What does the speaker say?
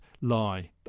lie